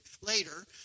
later